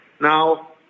Now